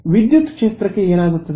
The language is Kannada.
ವಿದ್ಯುತ್ ಕ್ಷೇತ್ರಕ್ಕೆ ಏನಾಗುತ್ತದೆ